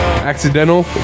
Accidental